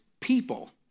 people